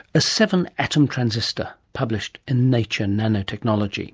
a seven-atom transistor, published in nature nanotechnology